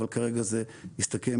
אבל כרגע זה מסתכם,